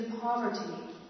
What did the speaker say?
poverty